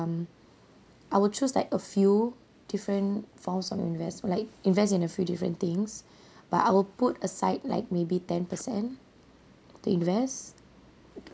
um I will choose like a few different forms of investment like invest in a few different things but I will put aside like maybe ten per cent to invest